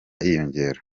yiyongera